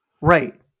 right